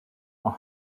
are